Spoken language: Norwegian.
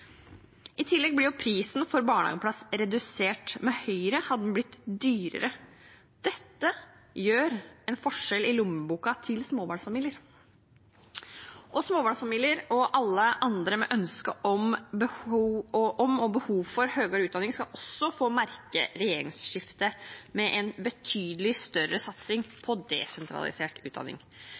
I tillegg blir prisen for barnehageplass redusert. Med Høyre hadde den blitt dyrere. Dette utgjør en forskjell i lommeboka til småbarnsfamilier. Småbarnsfamilier og alle andre med ønske om og behov for høyere utdanning skal også få merke regjeringsskiftet, med en betydelig større satsing på desentralisert utdanning.